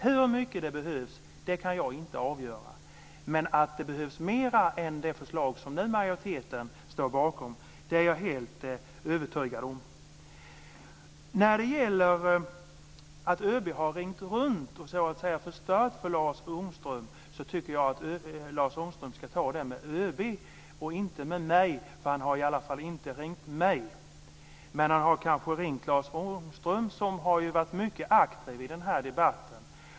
Jag kan inte avgöra hur mycket pengar det behövs, men att det behövs mer än de som finns i det förslag som majoriteten står bakom är jag helt övertygad om. När det gäller att ÖB har ringt runt och så att säga förstört för Lars Ångström, tycker jag att Lars Ångström ska ta det med ÖB och inte med mig. Han har i alla fall inte ringt mig, men han har kanske ringt Lars Ångström som har varit mycket aktiv i den här debatten.